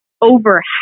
over